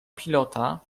pilota